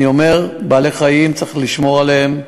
אני אומר, בעלי-חיים, צריך לשמור עליהם,